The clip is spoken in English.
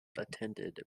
attended